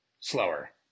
slower